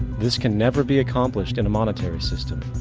this can never be accomplished in a monetary system,